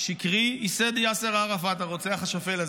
השקרי ייסד יאסר ערפאת, הרוצח השפל הזה,